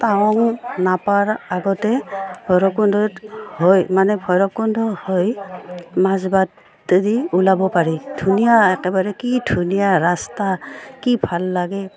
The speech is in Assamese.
টাৱাং নাপাৱাৰ আগতে ভৈৰৱকুণ্ডত হৈ মানে ভৈৰৱকুণ্ড হৈ মাজ বাটেদি ওলাব পাৰি ধুনীয়া একেবাৰে কি ধুনীয়া ৰাস্তা কি ভাল লাগে